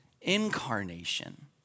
incarnation